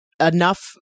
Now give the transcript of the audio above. enough